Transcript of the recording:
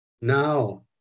now